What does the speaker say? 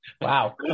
Wow